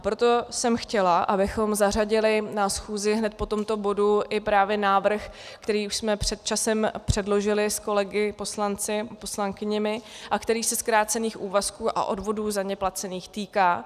Proto jsem chtěla, abychom zařadili na schůzi hned po tomto bodu i právě návrh, který jsme před časem předložili s kolegy poslanci a poslankyněmi a který se zkrácených úvazků a odvodů za ně placených týká.